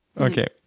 Okay